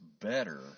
better